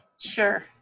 sure